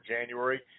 January